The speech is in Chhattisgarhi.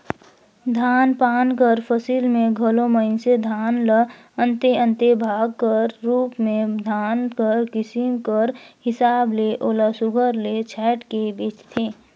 धान पान कर फसिल में घलो मइनसे धान ल अन्ते अन्ते भाग कर रूप में धान कर किसिम कर हिसाब ले ओला सुग्घर ले छांएट के बेंचथें